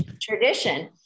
tradition